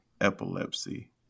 epilepsy